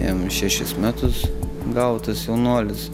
jam šešis metus gavo tas jaunuolis